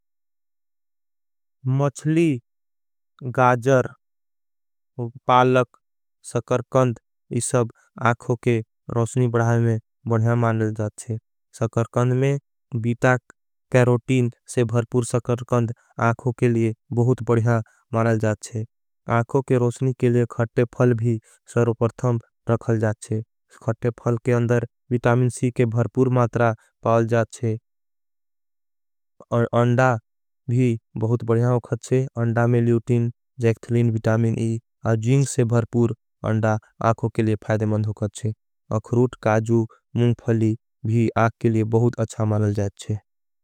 मचली, गाजर, पालक, सकरकंद यह सब आखों। के रोषनी बढ़ायों में बढ़िया मानल जाएँ सकरकंद में बीटा। के रोटीन से भर्पूर सकरकंद आखों के लिए बहुत बढ़िया। मानल जाएँ आखों के रोषनी के लिए खटे फल भी। सवर्वपर्थम रखल जाएँ खटे फल के अंदर विटामिन सी। के भर्पूर मात्रा पाल जाएँ अंडा भी बहुत बढ़िया मानल। जाएँ आखों के लिए बहुत बढ़िया मात्रा पाल जाएँ।